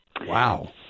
Wow